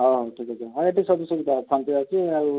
ହଉ ହଉ ଠିକ୍ ଅଛି ହଁ ଏଇଠି ସବୁ ସୁବିଧା ହାଣ୍ଡି ଅଛି ଆଉ